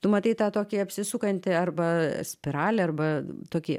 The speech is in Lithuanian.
tu matai tą tokį apsisukantį arba spiralę arba tokį